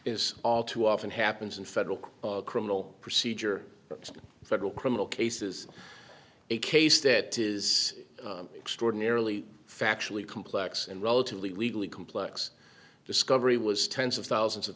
is all too often happens in federal criminal procedure federal criminal cases a case that is extraordinarily factually complex and relatively legally complex discovery was tens of thousands of